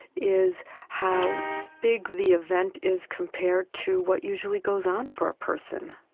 is how big the event is compared to what usually goes on for a person.